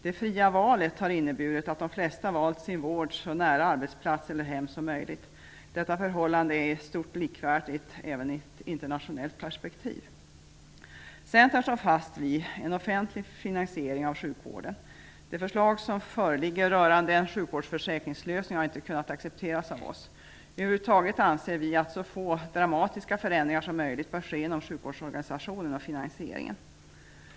Det fria valet har inneburit att de flesta har valt sin vård så nära arbetsplats eller hem som möjligt. Detta förhållande är i stort likvärdigt även i ett internationellt perspektiv. Centern står fast vid en offentlig finansiering av sjukvården. De förslag som föreligger rörande en sjukvårdsförsäkringslösning har vi inte kunnat acceptera. Över huvud taget anser vi att så få dramatiska förändringar som möjligt bör ske inom sjukvårdsorganisationen och finansieringen.